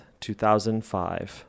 2005